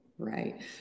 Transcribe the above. Right